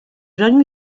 jeunes